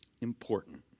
important